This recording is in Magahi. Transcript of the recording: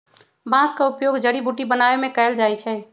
बांस का उपयोग जड़ी बुट्टी बनाबे में कएल जाइ छइ